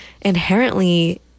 inherently